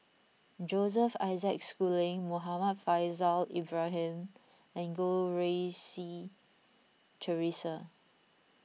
Joseph Isaac Schooling Muhammad Faishal Ibrahim and Goh Rui Si theresa